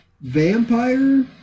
vampire